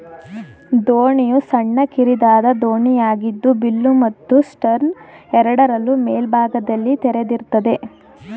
ದೋಣಿಯು ಸಣ್ಣ ಕಿರಿದಾದ ದೋಣಿಯಾಗಿದ್ದು ಬಿಲ್ಲು ಮತ್ತು ಸ್ಟರ್ನ್ ಎರಡರಲ್ಲೂ ಮೇಲ್ಭಾಗದಲ್ಲಿ ತೆರೆದಿರ್ತದೆ